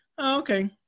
okay